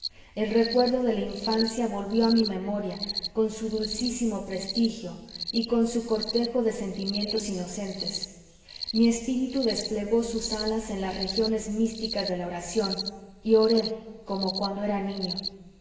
el recuerdo de la infancia volvió a mi memoria con su dulcísimo prestigio y con su cortejo de sentimientos inocentes mi espíritu desplegó sus alas en las regiones místicas de la oración y oré como cuando era niño